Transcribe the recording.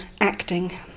acting